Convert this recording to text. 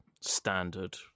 standard